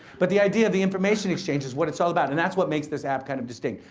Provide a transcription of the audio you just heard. but the idea of the information exchange is what it's all about and that's what makes this app kind of distinct.